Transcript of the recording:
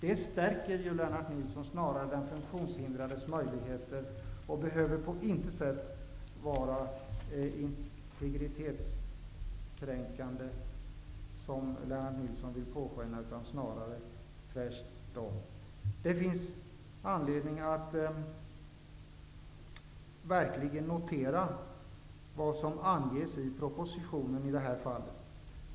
Det här stärker, Lennart Nilsson, snarare den funktionshindrades möjligheter och behöver på intet sätt vara integritetskränkande, utan tvärtom. Det finns anledning att notera vad som anges i propositionen i denna fråga.